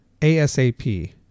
ASAP